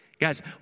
Guys